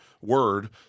word